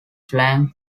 slang